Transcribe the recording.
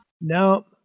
no